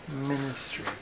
ministry